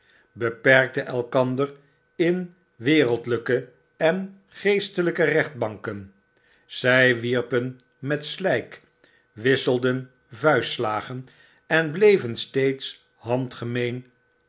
beperkte elkander in wereldlyke en geestelyke rechtbanken zy wierpen met slyk wisselden vuistslagen en bleven steeds